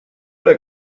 der